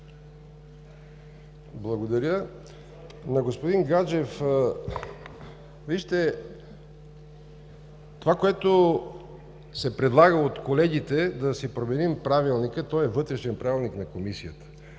Благодаря. На господин Гаджев – вижте, това което се предлага от колегите, да си променим Правилника, той е вътрешен Правилник на Комисията.